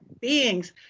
beings